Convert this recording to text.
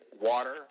water